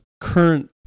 current